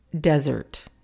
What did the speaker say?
desert